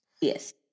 Yes